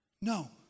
No